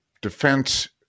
defense